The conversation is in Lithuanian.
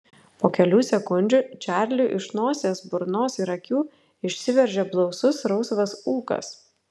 po kelių sekundžių čarliui iš nosies burnos ir akių išsiveržė blausus rausvas ūkas